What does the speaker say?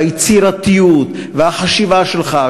והיצירתיות והחשיבה שלך,